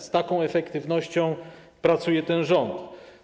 Z taką efektywnością pracuje ten rząd.